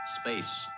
Space